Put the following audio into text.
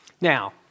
Now